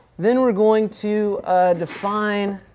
then we're going to define